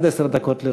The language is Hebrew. עד עשר דקות לרשותך.